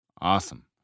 Awesome